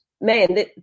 man